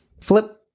Flip